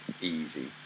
easy